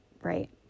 right